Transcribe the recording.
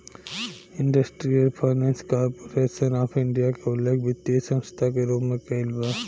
industrial finance corporation of India के उल्लेख वित्तीय संस्था के रूप में कईल बा